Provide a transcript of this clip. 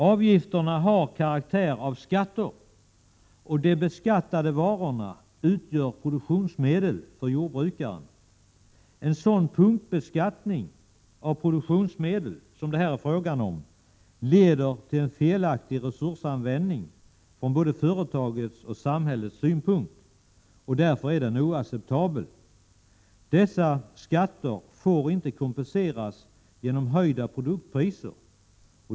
Avgifterna har karaktär av skatter, och de beskattade varorna utgör produktionsmedel för jordbrukarna. En sådan punktbeskattning av produktionsmedel som det här är fråga om leder till en felaktig resursanvändning från både företagets och samhällets synpunkt och är därför oacceptabel. Dessa skatter får inte kompenseras genom höjda produktpriser.